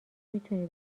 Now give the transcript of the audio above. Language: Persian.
میتونی